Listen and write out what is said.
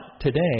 today